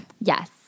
Yes